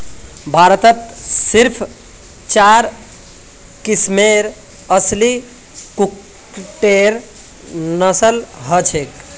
भारतत सिर्फ चार किस्मेर असली कुक्कटेर नस्ल हछेक